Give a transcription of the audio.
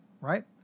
right